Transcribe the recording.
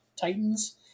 titans